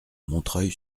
montreuil